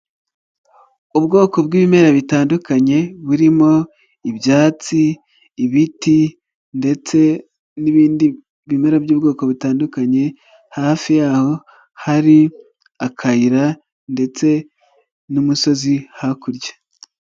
Ubwoko bw'ibimera bitandukanye, burimo ibyatsi, ibiti ndetse n'indi bimera by'ubwoko butandukanye, hafi yaho hari akayira ndetse n'umusozi hakurya.